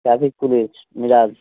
traffic police Neeraj